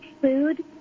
food